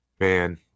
man